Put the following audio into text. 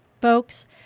Folks